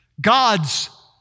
God's